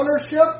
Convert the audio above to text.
ownership